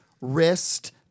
Wrist